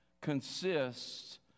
consists